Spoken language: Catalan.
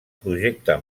projecte